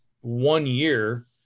one-year